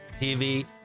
TV